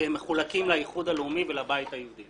כי הם מחולקים לאיחוד הלאומי ולבית היהודי,